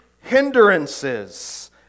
hindrances